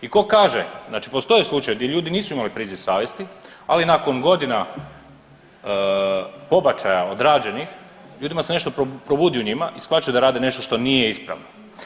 I tko kaže znači postoje slučajevi gdje ljudi nisu imali priziv savjesti, ali nakon godina pobačaja odrađenih ljudima se nešto probudi u njima i shvaćaju da rade nešto što nije ispravno.